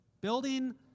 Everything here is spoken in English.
Building